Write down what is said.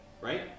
Right